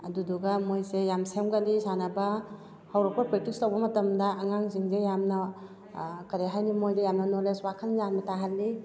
ꯑꯗꯨꯗꯨꯒ ꯃꯣꯏꯁꯦ ꯌꯥꯝ ꯁꯦꯝꯒꯠꯂꯤ ꯁꯥꯟꯅꯕ ꯍꯧꯔꯛꯄ ꯄ꯭ꯔꯦꯛꯇꯤꯁ ꯇꯧꯕ ꯃꯇꯝꯗ ꯑꯉꯥꯡꯁꯤꯡꯁꯦ ꯌꯥꯝꯅ ꯀꯔꯤ ꯍꯥꯏꯅꯤ ꯃꯣꯏꯗ ꯌꯥꯝꯅ ꯅꯣꯂꯦꯁ ꯋꯈꯜ ꯌꯥꯝꯅ ꯇꯥꯍꯜꯂꯤ